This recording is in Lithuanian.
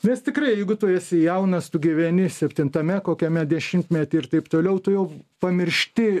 nes tikrai jeigu tu esi jaunas tu gyveni septintame kokiame dešimtmety ir taip toliau tu jau pamiršti